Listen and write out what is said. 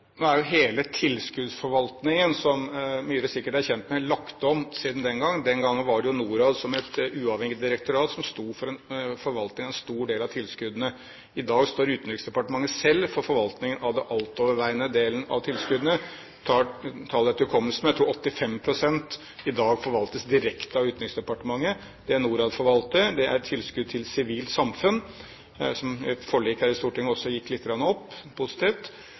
Nå er hele tilskuddsforvaltningen, som Myhre sikkert er kjent med, lagt om siden den gang. Den gang var det Norad som et uavhengig direktorat som sto for forvaltningen av en stor del av tilskuddene. I dag står Utenriksdepartementet selv for forvaltningen av den altoverveiende delen av tilskuddene. Jeg tar det etter hukommelsen, men jeg tror 85 pst. i dag forvaltes direkte av Utenriksdepartementet. Det Norad forvalter, er tilskudd til Sivilt samfunn, som etter et forlik her i Stortinget gikk lite grann opp, noe som er positivt,